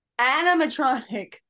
animatronic